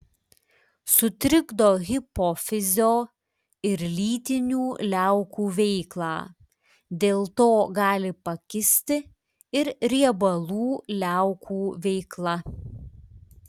sutrikdo hipofizio ir lytinių liaukų veiklą dėl to gali pakisti ir riebalų liaukų veikla